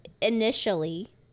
initially